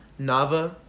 nava